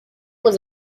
was